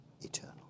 eternal